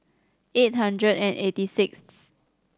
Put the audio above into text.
eight hundred and eighty sixth